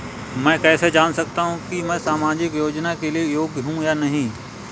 मैं कैसे जान सकता हूँ कि मैं सामाजिक योजना के लिए योग्य हूँ या नहीं?